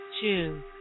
two